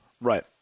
Right